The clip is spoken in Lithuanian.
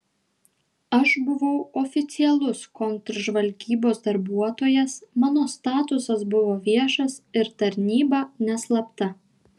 aš buvau oficialus kontržvalgybos darbuotojas mano statusas buvo viešas ir tarnyba neslapta